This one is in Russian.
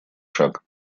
шаг